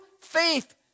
faith